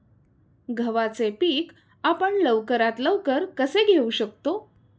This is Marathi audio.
गव्हाचे पीक आपण लवकरात लवकर कसे घेऊ शकतो?